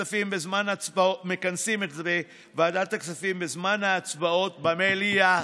מכנסים את ועדת הכספים בזמן ההצבעות במליאה.